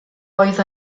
oedd